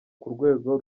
k’urwego